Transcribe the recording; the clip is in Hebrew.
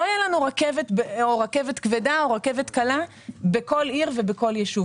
לא תהיה לנו רכבת כבדה או רכבת קלה בכל עיר ובכל יישוב.